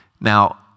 Now